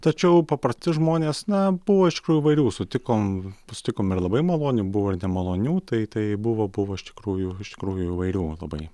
tačiau paprasti žmonės na buvo aišku įvairių sutikom sutikom ir labai malonių buvo ir nemalonių tai tai buvo buvo iš tikrųjų iš tikrųjų įvairių labai